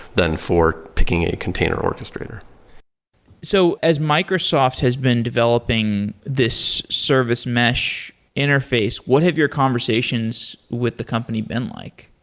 than for picking a container orchestrator so as microsoft has been developing this service mesh interface, what have your conversations with the company been like?